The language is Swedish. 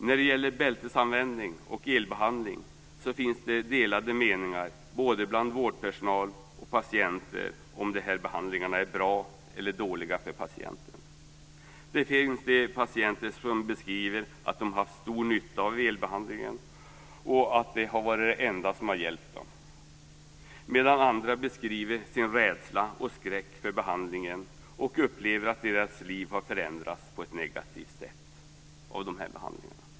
När det gäller bältesanvändning och elbehandling så finns det delade meningar både bland vårdpersonal och patienter huruvida de här behandlingarna är bra eller dåliga för patienten. Det finns patienter som beskriver att de har haft stor nytta av elbehandlingen, och att den har varit det enda som har hjälpt dem. Andra beskriver sin rädsla och skräck för behandlingen och upplever att deras liv har förändrats på ett negativt sätt av behandlingarna.